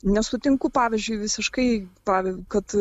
nesutinku pavyzdžiui visiškai pav kad